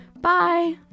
Bye